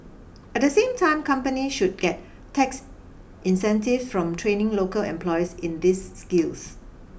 at the same time company should get tax incentives from training local employees in these skills